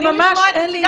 אני מודה לך על הציון.